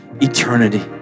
eternity